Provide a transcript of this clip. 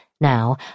Now